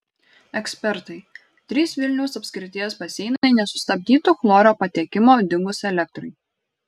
ekspertai trys vilniaus apskrities baseinai nesustabdytų chloro patekimo dingus elektrai